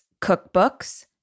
cookbooks